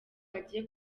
agiye